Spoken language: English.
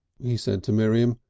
he said to miriam,